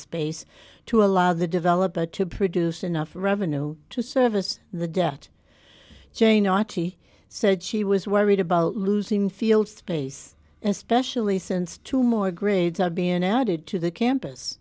space to allow the developer to produce enough revenue to service the debt jay naughtie said she was worried about losing field space especially since two more grades are being added to the campus